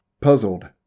Puzzled